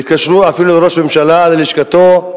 והתקשרו אפילו לראש הממשלה, ללשכתו,